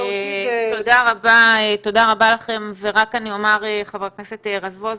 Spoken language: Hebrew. תודה רבה לכם, ורק אני אומר, חבר הכנסת רזבוזוב,